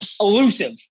Elusive